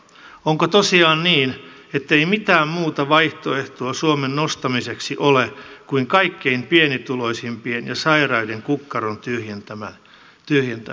onko tosiaan niin ettei mitään muuta vaihtoehtoa suomen nostamiseksi ole kuin kaikkein pienituloisimpien ja sairaiden kukkaron tyhjentäminen